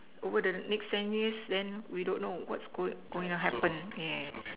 over the next ten years then we don't know what's go going to happen yeah